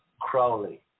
Crowley